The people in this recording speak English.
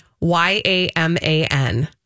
Y-A-M-A-N